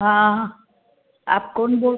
हाँ आप कौन बोल